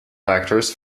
factors